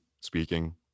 speaking